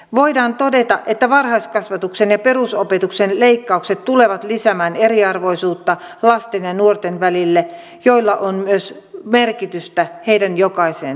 voidaan todeta että varhaiskasvatuksen ja perusopetuksen leikkaukset tulevat lisäämään eriarvoisuutta lasten ja nuorten välille millä on myös merkitystä heidän jokaisen tulevaisuudelle